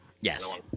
Yes